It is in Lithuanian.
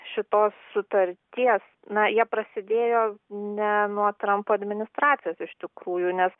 šitos sutarties na jie prasidėjo ne nuo trampo administracijos iš tikrųjų nes